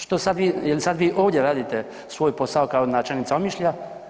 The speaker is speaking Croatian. Što sad vi, jel sad vi ovdje radite svoj posao kao načelnica Omišlja?